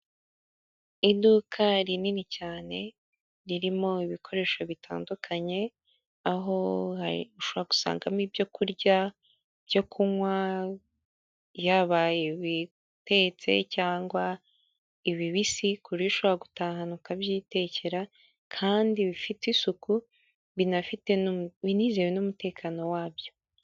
Iduka rinini cyane ririmo ibikoresho bitandukanye aho ushobora gusangamo ibyokurya, ibyo kunywa, yaba ibitetse cyangwa ibibisi kuburyo ushobora gutaha ukabyitekera, kandi bifite isuku binafite binizewe n'umutekano wabyo.